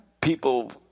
people